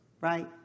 right